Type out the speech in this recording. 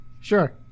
Sure